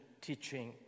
teaching